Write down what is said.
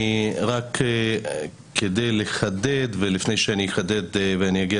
רק כדי לחדד ולפני שאני אחדד ואני אגיע